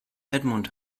edmund